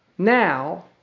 Now